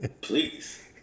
Please